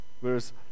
Whereas